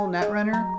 Netrunner